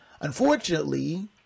Unfortunately